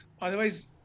Otherwise